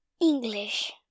English